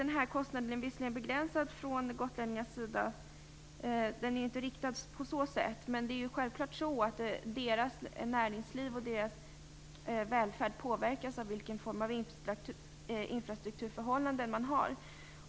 Nu är kostnaden för gotlänningarna visserligen begränsad - den är inte riktad på så sätt - men självfallet påverkas ändå deras näringsliv och deras välfärd av vilka infrastrukturförhållanden man har.